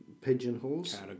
pigeonholes